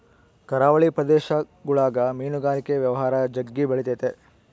ಕರಾವಳಿ ಪ್ರದೇಶಗುಳಗ ಮೀನುಗಾರಿಕೆ ವ್ಯವಹಾರ ಜಗ್ಗಿ ಬೆಳಿತತೆ